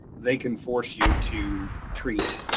they can force you to treat